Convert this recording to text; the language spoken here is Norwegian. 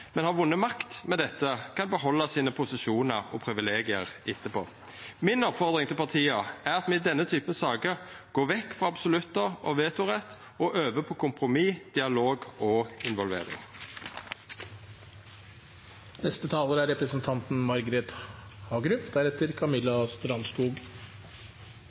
behalda sine posisjonar og privilegium etterpå. Mi oppmoding til partia er at me i denne typen saker går vekk frå absolutt og vetorett og øver på kompromiss, dialog og involvering. Bioteknologi er